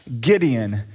Gideon